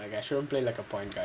I should play like a point guard